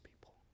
people